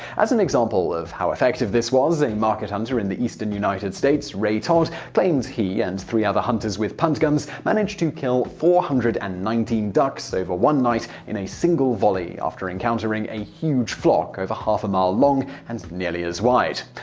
as an example of how effective this was, a market hunter in the eastern united states, ray todd, claimed he and three other hunters with punt guns managed to kill four hundred and nineteen ducks one night in a single volley after encountering a huge flock over a half-mile long and nearly as wide.